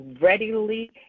readily